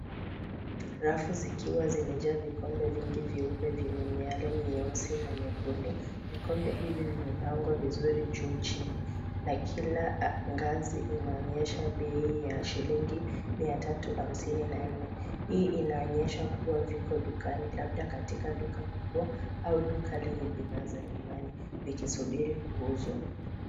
Rafu zikiwa zimejaa vikombe vingi vyeupe venye miale mieusi na mekundu. Vikombe hivi vimepangwa vizuri juu chini na kila ngazi inaonyesha bei ya shilingi mia tatu hamsini na nne. Hii inaonyesha kuwa viko dukani labda katika duka kubwa au duka lenye bidhaa za nyumbani vikisubiri kuuzwa.